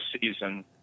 season